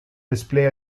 display